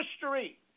history